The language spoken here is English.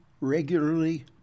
regularly